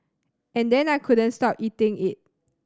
and then I couldn't stop eating it